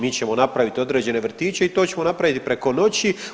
Mi ćemo napraviti određene vrtiće i to ćemo napraviti preko noći.